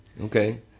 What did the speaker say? Okay